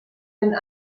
den